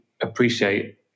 appreciate